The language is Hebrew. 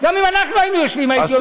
גם אם אנחנו יושבים הייתי אומר את אותו דבר.